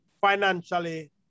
financially